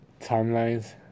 timelines